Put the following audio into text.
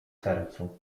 sercu